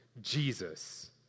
Jesus